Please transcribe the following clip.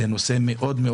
זה נושא כאוב מאוד.